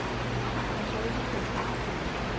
and david was displeased,